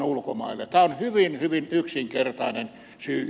tämä on hyvin hyvin yksinkertainen syy